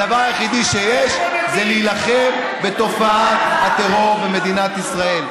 הדבר היחידי שיש זה להילחם בתופעת הטרור במדינת ישראל.